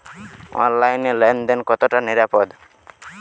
অনলাইনে লেন দেন কতটা নিরাপদ?